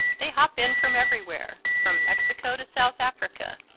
they hop in from everywhere, from mexico to south africa,